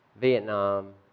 Vietnam